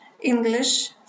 English